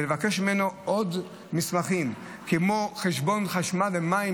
אלא לבקש ממנו עוד מסמכים כמו חשבון חשמל ומים,